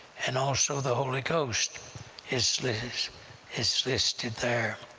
and also the holy ghost it's list it's listed there.